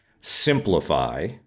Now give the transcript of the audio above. simplify